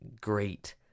Great